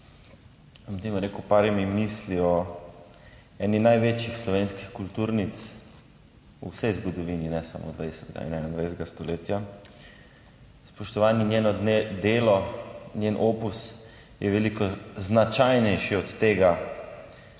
temu rekel, parimi misli o eni največjih slovenskih kulturnic v vsej zgodovini, ne samo 20. in 21. stoletja. Spoštovani njeno delo, njen opus je veliko značajnejši od tega